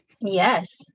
Yes